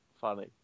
funny